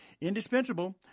Indispensable